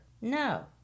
no